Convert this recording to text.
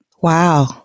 Wow